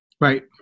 Right